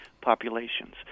populations